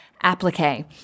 applique